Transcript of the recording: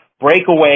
breakaway